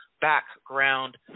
background